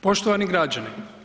Poštovani građani.